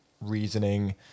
reasoning